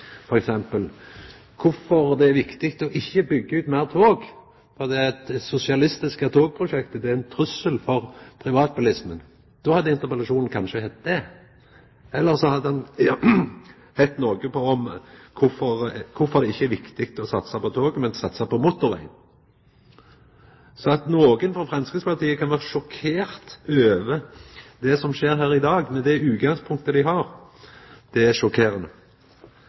om kvifor det er viktig ikkje å byggja ut meir tog, for det sosialistiske togprosjektet er ein trussel for privatbilismen. Då hadde interpellasjonen kanskje heitt det, eller så hadde han heitt noko om kvifor det ikkje er viktig å satsa på tog, men å satsa på motorveg. At nokon frå Framstegspartiet kan vera sjokkerte over det som skjer her i dag med det utgangspunktet dei har, er sjokkerande.